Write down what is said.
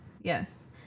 yes